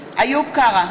איוב קרא,